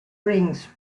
rings